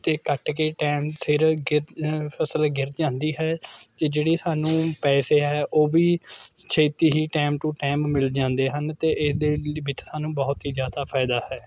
'ਤੇ ਕੱਟ ਕੇ ਟਾਈਮ ਸਿਰ ਗਿਰ ਫਸਲ ਗਿਰ ਜਾਂਦੀ ਹੈ ਅਤੇ ਜਿਹੜੀ ਸਾਨੂੰ ਪੈਸੇ ਹੈ ਉਹ ਵੀ ਛੇਤੀ ਹੀ ਟਾਈਮ ਟੂ ਟਾਈਮ ਮਿਲ ਜਾਂਦੇ ਹਨ ਅਤੇ ਇਸਦੇ ਵਿੱਚ ਸਾਨੂੰ ਬਹੁਤ ਹੀ ਜ਼ਿਆਦਾ ਫਾਇਦਾ ਹੈ